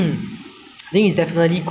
firstly body you can just exercise